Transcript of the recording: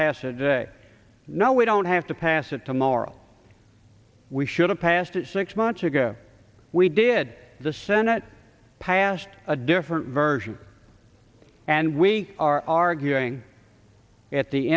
passage no we don't have to pass it tomorrow we should have passed it six months ago we did the senate passed a different version and we are arguing at the